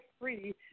free